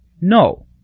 No